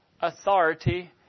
authority